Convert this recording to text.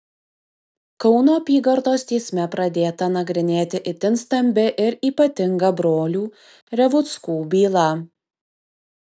kauno apygardos teisme pradėta nagrinėti itin stambi ir ypatinga brolių revuckų byla